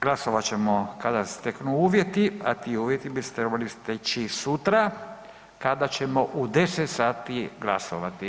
Glasovat ćemo kada se steknu uvjeti, a ti uvjeti bi se trebali steći sutra, kada ćemo u 10 sati glasovati.